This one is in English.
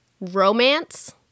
romance